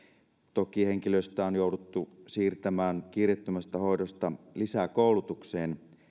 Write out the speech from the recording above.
toki henkilöstöä on jouduttu siirtämään kiireettömästä hoidosta lisäkoulutukseen